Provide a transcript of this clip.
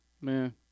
Man